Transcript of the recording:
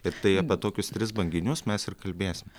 ir tai apie tokius tris banginius mes ir kalbėsim